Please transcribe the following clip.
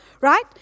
right